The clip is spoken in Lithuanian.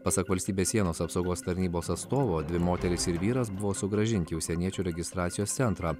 pasak valstybės sienos apsaugos tarnybos atstovo dvi moterys ir vyras buvo sugrąžinti į užsieniečių registracijos centrą